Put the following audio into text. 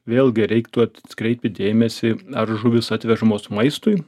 vėlgi reiktų atkreipti dėmesį ar žuvys atvežamos maistui